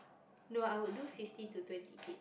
no I would do fifteen to twenty kid